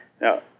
Now